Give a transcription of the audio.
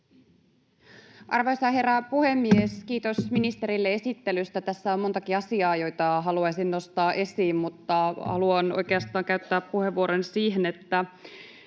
Arvoisa herra puhemies! Kiitos ministerille esittelystä. Tässä on montakin asiaa, joita haluaisin nostaa esiin, mutta haluan oikeastaan käyttää puheenvuoroni siihen, että